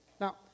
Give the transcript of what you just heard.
Now